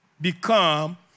become